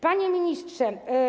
Panie Ministrze!